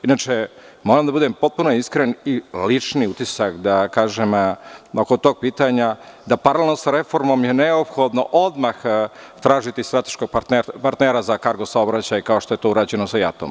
Inače, moram da budem potpuno iskren i da kažem lični utisak oko tog pitanja, da je paralelno sa reformom neophodno odmah tražiti strateškog partnera za putni saobraćaj, kao što je to urađeno sa JAT-om.